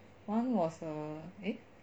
one was a eh